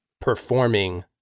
performing